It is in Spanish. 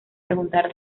preguntar